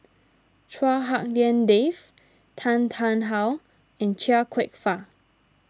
Chua Hak Lien Dave Tan Tarn How and Chia Kwek Fah